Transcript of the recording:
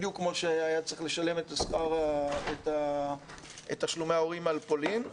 כמו שהיה צריך לשלם את תשלומי ההורים על פולין,